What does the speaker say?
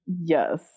Yes